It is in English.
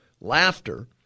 laughter